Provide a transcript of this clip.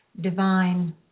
divine